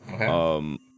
Okay